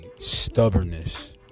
stubbornness